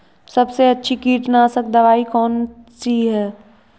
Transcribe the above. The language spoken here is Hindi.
सबसे अच्छी कीटनाशक दवाई कौन सी है?